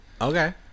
Okay